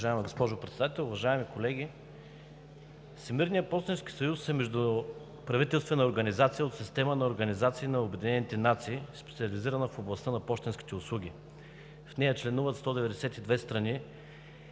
Уважаема госпожо Председател, уважаеми колеги! Всемирният пощенски съюз е междуправителствена организация от система на организации на Обединените нации, специализирана в областта на пощенските услуги. В нея членуват 192 страни,